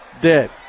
dead